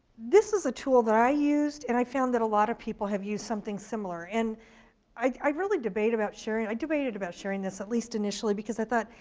this is a tool that i used, and i found that a lot of people have used something similar. and i really debate about sharing. i debated about sharing this at least initially, because because i thought,